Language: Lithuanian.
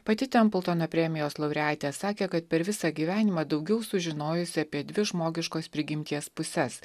pati templtono premijos laureatė sakė kad per visą gyvenimą daugiau sužinojusi apie dvi žmogiškos prigimties puses